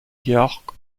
york